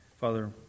Father